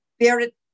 spirit